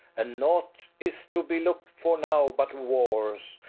and naught is to be look'd for now but wars,